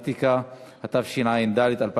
והגנת הסביבה להכנתה לקריאה שנייה ושלישית.